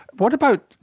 what about,